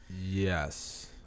Yes